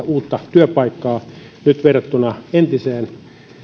uutta työpaikkaa verrattuna entiseen